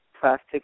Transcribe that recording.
plastic